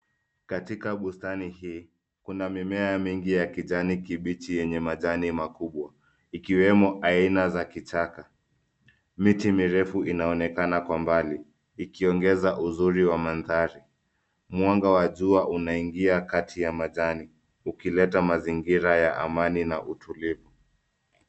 Katika bustani hii, kuna mimea mingi ya kijani kibichi yenye majani makubwa ikiwemo aina za kichaka. Miti mirefu inaonekana kwa mbali ikiongeza uzuri wa mandhari. Mwanga wa jua unaingia kati ya majani ukileta mazingira ya amani na utulivu.